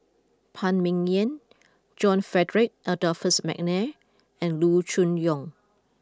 Phan Ming Yen John Frederick Adolphus McNair and Loo Choon Yong